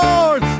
Lord